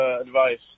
advice